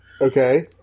Okay